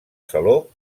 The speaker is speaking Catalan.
saló